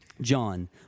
John